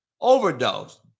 overdose